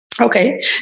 okay